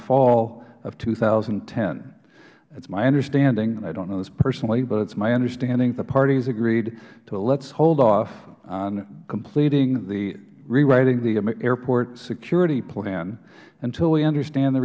fall of two thousand and ten it's my understanding i don't know this personally but it's my understanding the parties agreed to let's hold off on completing the rewriting of the airport security plan until we understand the